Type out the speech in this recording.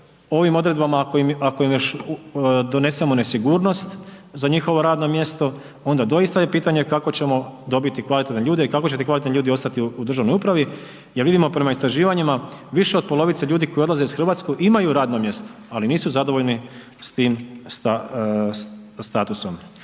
ovim odredbama ako im još donesemo nesigurnost za njihovo radno mjesto onda doista je pitanje kako ćemo dobiti kvalitetne ljude i kako će ti kvalitetni ljudi ostati u državnoj upravi jer vidimo prema istraživanjima, više od polovice ljudi koji odlaze iz Hrvatske imaju radno mjesto ali nisu zadovoljni s tim statusom.